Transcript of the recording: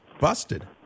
busted